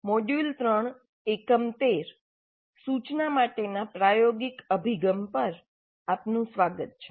module 3 એકમ 13 સૂચના માટેના પ્રાયોગિક અભિગમ પર આપનું સ્વાગત છે